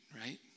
right